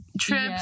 trips